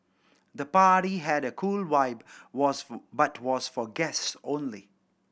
the party had a cool vibe was for but was for guests only